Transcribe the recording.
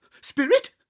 Spirit